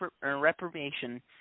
reprobation